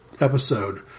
episode